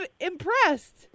impressed